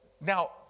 Now